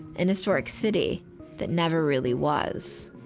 and historic city that never really was